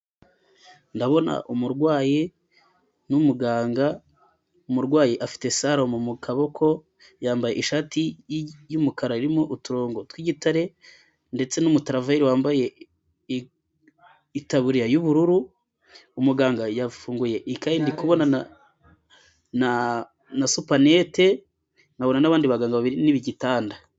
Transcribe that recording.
Ndabona umurwayi n'umuganga, umurwayi afite selumu mu kaboko yambaye ishati y'umukara irimo uturongo tw'igitare ndetse n'umutavayi wambaye itaburiya y'ubururu. Umuganga yafunguye ikayi ndi kubona na supanete, nkabona n'abandi bagabo babiri n'igitanda.